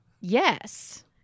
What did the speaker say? Yes